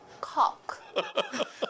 cock